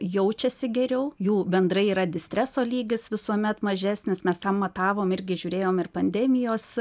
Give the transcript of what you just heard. jaučiasi geriau jų bendrai yra distreso lygis visuomet mažesnis mes tą matavom irgi žiūrėjom ir pandemijos